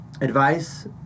advice